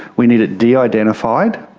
we need it de-identified,